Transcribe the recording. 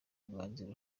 mwanzuro